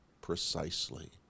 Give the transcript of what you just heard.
precisely